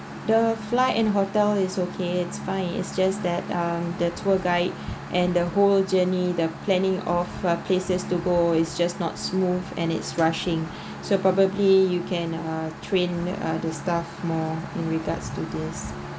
the flight and hotel is okay it's fine it's just that um the tour guide and the whole journey the planning of uh places to go is just not smooth and it's rushing so probably you can ah train uh the staff more in regards to this